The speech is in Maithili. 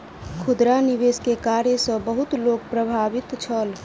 खुदरा निवेश के कार्य सॅ बहुत लोक प्रभावित छल